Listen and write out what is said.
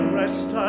rest